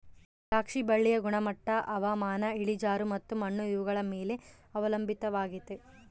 ದ್ರಾಕ್ಷಿ ಬಳ್ಳಿಯ ಗುಣಮಟ್ಟ ಹವಾಮಾನ, ಇಳಿಜಾರು ಮತ್ತು ಮಣ್ಣು ಇವುಗಳ ಮೇಲೆ ಅವಲಂಬಿತವಾಗೆತೆ